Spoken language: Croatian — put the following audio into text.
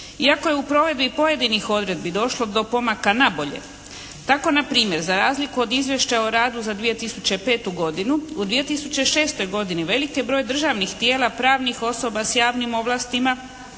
iako je u provedbi pojedinih odredbi došlo do pomaka nabolje. Tako na primjer za razliku od izvješća o radu za 2005. godinu u 2006. godini velik je broj državnih tijela, pravnih osoba s javnim ovlastima